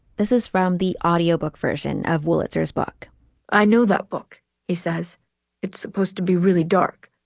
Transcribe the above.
this is from the audiobook version of wolitzer his book i know that book he says it's supposed to be really dark.